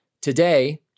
Today